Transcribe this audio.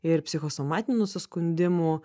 ir psichosomatinių nusiskundimų